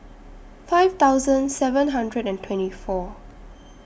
five thousand seven hundred and twenty four